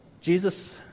Jesus